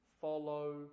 follow